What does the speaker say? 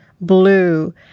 blue